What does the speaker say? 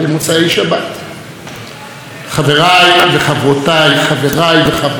חבריי וחברותיי נבחרי העם,